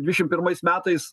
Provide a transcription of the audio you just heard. dvidešim pirmais metais